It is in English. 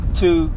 two